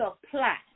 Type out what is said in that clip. supply